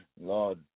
Lord